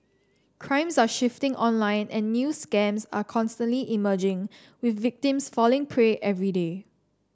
crimes are shifting online and new scams are constantly emerging with victims falling prey every day